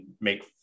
make